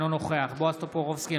אינו נוכח בועז טופורובסקי,